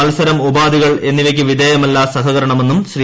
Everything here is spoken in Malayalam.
മത്സരം ഉപാധികൾ എന്നിവയ്ക്ക് വിശ്വേയ്മല്ല് സഹകരണമെന്നും ശ്രീ